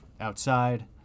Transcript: outside